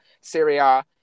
Syria